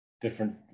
different